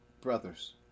brothers